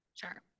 Sure